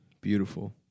Beautiful